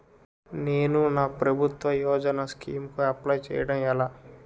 నేను నా ప్రభుత్వ యోజన స్కీం కు అప్లై చేయడం ఎలా?